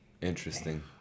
Interesting